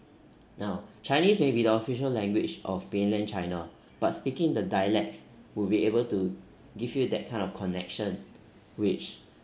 now chinese may be the official language of mainland china but speaking the dialects would be able to give you that kind of connection which